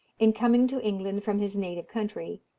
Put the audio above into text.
in coming to england from his native country,